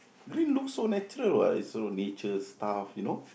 green looks so natural what it's so nature stuff you know